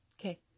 Okay